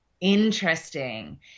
Interesting